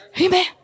Amen